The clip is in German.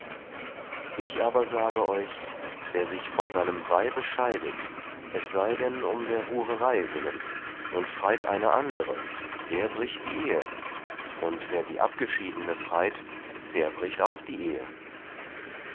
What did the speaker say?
ich sage aber euch wer sich von seinem weibe scheidet es sei denn um der hurerei willen und freit eine andere der bricht die ehe und wer die abgeschiedene freit der bricht auch die ehe